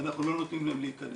ואנחנו לא נותנים להם להיכנס.